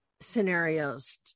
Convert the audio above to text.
scenarios